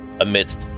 amidst